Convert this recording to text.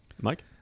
Mike